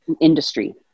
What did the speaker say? industry